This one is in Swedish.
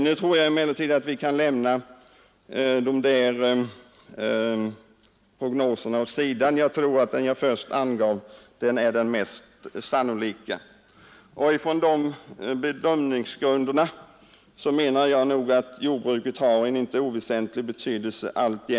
Nu tror jag emellertid att vi kan lämna dessa senare prognoser åt sidan — den jag först angav är nog den mest sannolika. Från de bedömningsgrunderna menar jag att jordbruket alltjämt har en inte oväsentlig betydelse.